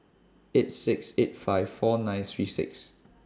eight six eight five four nine three six